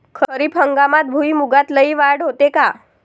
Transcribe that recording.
खरीप हंगामात भुईमूगात लई वाढ होते का?